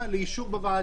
מגיעה לאישור בוועדה,